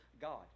God